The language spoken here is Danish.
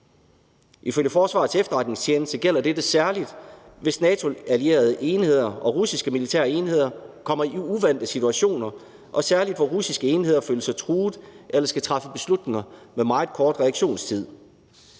Ifølge Forsvarets Efterretningstjeneste gælder dette særligt, hvis NATO-allierede enheder og russiske militære enheder kommer i uvante situationer, og særligt hvor russiske enheder føler sig truet eller skal træffe beslutninger med meget kort reaktionstid.